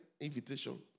invitation